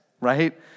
right